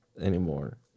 anymore